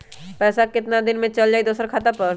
पैसा कितना दिन में चल जाई दुसर खाता पर?